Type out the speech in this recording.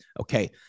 Okay